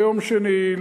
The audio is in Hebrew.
ביום שני,